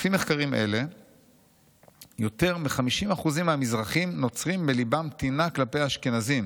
לפי מחקרים אלה יותר מ-50% מהמזרחים נוצרים בלבם טינה כלפי אשכנזים,